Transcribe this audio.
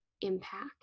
impact